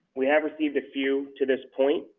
we have received a few to this point.